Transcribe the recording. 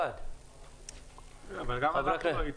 למה אנחנו לא איתו?